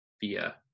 via